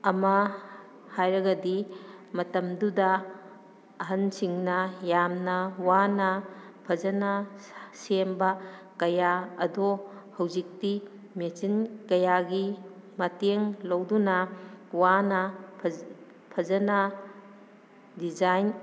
ꯑꯃ ꯍꯥꯏꯔꯒꯗꯤ ꯃꯇꯝꯗꯨꯗ ꯑꯍꯟꯁꯤꯡꯅ ꯌꯥꯝꯅ ꯋꯥꯅ ꯐꯖꯅ ꯁꯦꯝꯕ ꯀꯌꯥ ꯑꯗꯣ ꯍꯧꯖꯤꯛꯇꯤ ꯃꯦꯆꯤꯟ ꯀꯌꯥꯒꯤ ꯃꯇꯦꯡ ꯂꯧꯗꯨꯅ ꯋꯥꯅ ꯐꯖꯅ ꯗꯤꯖꯥꯏꯟ